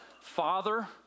father